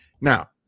now